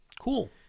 Cool